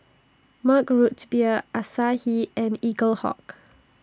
Mug Roots Beer Asahi and Eaglehawk